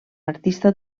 artista